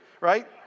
right